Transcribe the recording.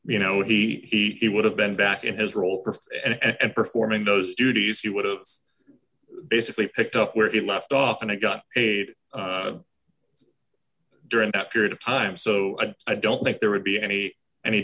you know he he he would have been back in his role of and performing those duties he would have basically picked up where it left off and it got a during that period of time so i don't think there would be any any